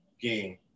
game